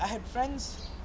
I have friends